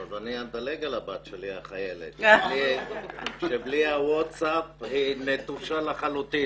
אני אדלג על הבת שלי החיילת שבלי הווטסאפ היא נטושה לחלוטין,